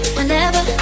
Whenever